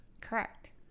Correct